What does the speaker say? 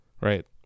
right